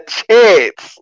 chance